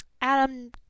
Adam